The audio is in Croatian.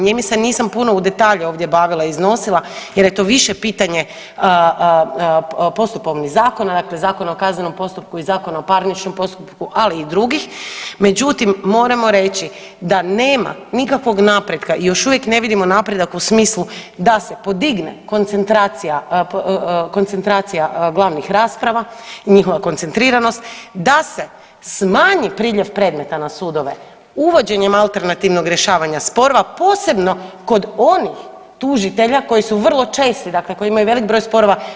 Njime se nisam puno u detalje ovdje bavila i iznosila jer je to više pitanje postupovnih zakona dakle Zakona o kaznenom postupku i Zakona o parničnom postupku ali i drugih, međutim moramo reći da nema nikakvog napretka još uvijek ne vidimo napredak u smislu da se podigne koncentracija, koncentracija glavnih rasprava i njihova koncentriranost, da se smanji priljev predmeta na sudove uvođenjem alternativnog rješavanja sporova posebno kod onih tužitelja koji su vrlo česti, dakle koji imaju broj sporova.